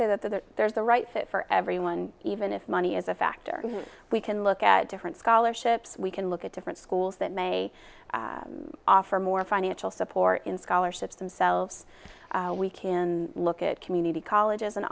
say that there is the right fit for everyone even if money is a factor we can look at different scholarships we can look at different schools that may offer more financial support in scholarships themselves we can look at community college as an